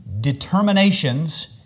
determinations